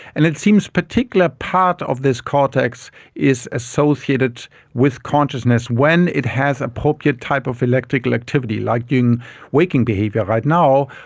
and it seems a particular part of this cortex is associated with consciousness when it has appropriate types of electrical activity, like in waking behaviour right now,